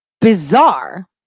bizarre